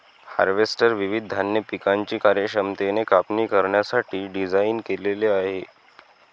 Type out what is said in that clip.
harvester विविध धान्य पिकांची कार्यक्षमतेने कापणी करण्यासाठी डिझाइन केलेले आहे